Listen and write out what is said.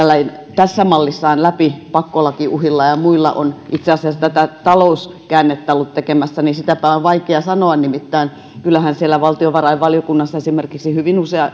tässä mallissaan läpi pakkolakiuhilla ja ja muilla on itse asiassa tätä talouskäännettä ollut tekemässä sitäpä on vaikea sanoa nimittäin kyllähän esimerkiksi siellä valtiovarainvaliokunnassa hyvin useat